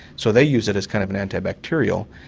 so they use it as kind of an antibacterial.